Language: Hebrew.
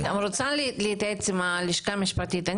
אני רוצה להתייעץ עם הלשכה המשפטית.